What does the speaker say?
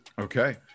Okay